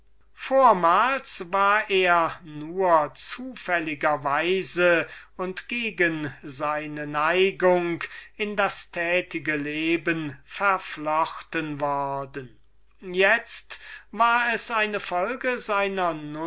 vormals war er nur zufälliger weise und gegen seine neigung in das aktive leben verflochten worden itzo war es eine folge seiner